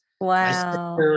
Wow